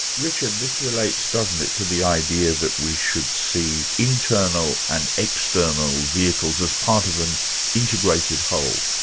richard, this relates, doesn't it, to the idea that we should see internal and external vehicles as part of an integrated whole?